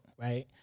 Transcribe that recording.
right